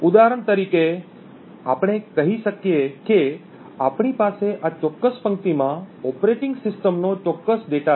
ઉદાહરણ તરીકે આપણે કહી શકીએ કે આપણી પાસે આ ચોક્કસ પંક્તિમાં ઓપરેટીંગ સિસ્ટમનો ચોક્કસ ડેટા છે